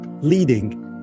Leading